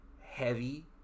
heavy